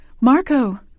Marco